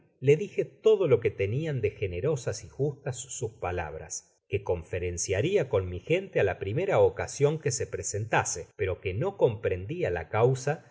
le dije todo lo que tenian de generosas y justas sus palabras que conferencia ria con mi gente ála primera ocasion que se presentase pero que no comprendia la causa